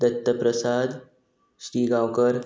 Dutt Prasad Shri Gaonkar